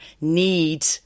need